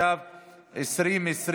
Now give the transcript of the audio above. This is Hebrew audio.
התש"ף 2020,